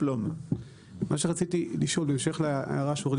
מה שרציתי לשאול בהמשך להערה של עו"ד